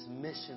mission